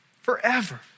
Forever